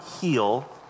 heal